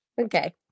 Okay